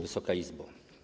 Wysoka Izbo!